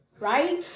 right